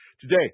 today